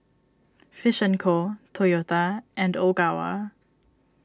Fish and Co Toyota and Ogawa